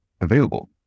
available